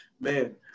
Man